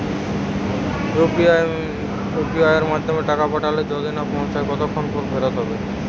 UPI য়ের মাধ্যমে টাকা পাঠালে যদি না পৌছায় কতক্ষন পর ফেরত হবে?